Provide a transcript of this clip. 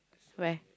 where